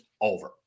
over